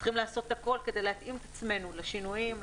צריכים לעשות הכל כדי להתאים את עצמנו לשינויים,